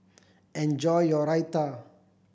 enjoy your Raita